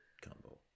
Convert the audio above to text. combo